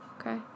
okay